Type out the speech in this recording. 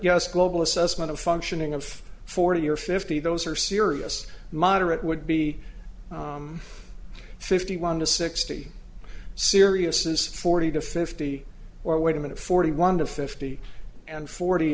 yes global assessment of functioning of forty or fifty those are serious moderate would be fifty one to sixty seriousness forty to fifty or wait a minute forty one to fifty and forty